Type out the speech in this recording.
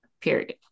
Period